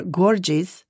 gorges